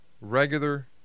regular